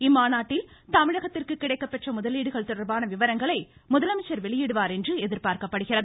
இம்மாநாட்டில் தமிழகத்திற்கு கிடைக்கப்பெற்ற தொடர்பான விவரங்களை முதலமைச்சர் வெளியிடுவார் என எதிர்பார்க்கப்படுகிறது